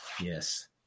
Yes